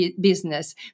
business